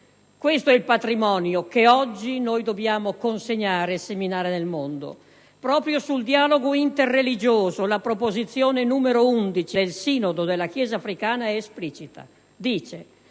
Questo è il patrimonio che oggi dobbiamo consegnare e seminare nel mondo. Proprio sul dialogo interreligioso, la proposizione n. 11 del Sinodo della Chiesa africana è esplicita: